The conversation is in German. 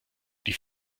die